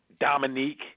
Dominique